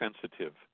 sensitive